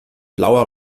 blauer